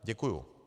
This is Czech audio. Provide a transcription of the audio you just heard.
Děkuju.